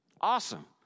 Awesome